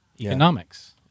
economics